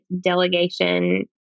delegation